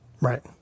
Right